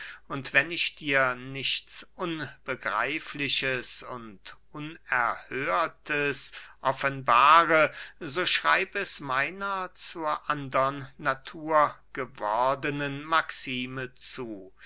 und wenn ich dir nichts unbegreifliches und unerhörtes offenbare so schreib es meiner zur andern natur gewordenen maxime zu